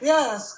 Yes